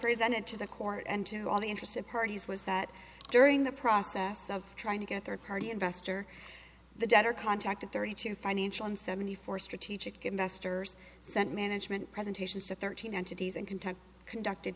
represented to the court and to all the interested parties was that during the process of trying to get third party investor the debtor contacted thirty two financial and seventy four strategic investors sent management presentations to thirteen entities and content conducted